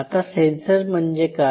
आता सेन्सर म्हणजे काय